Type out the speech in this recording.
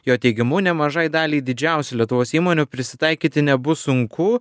jo teigimu nemažai daliai didžiausių lietuvos įmonių prisitaikyti nebus sunku